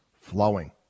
flowing